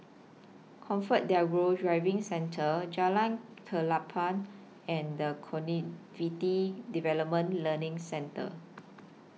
ComfortDelGro Driving Centre Jalan Klapa and The Cognitive Development Learning Centre